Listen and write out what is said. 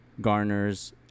garners